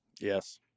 Yes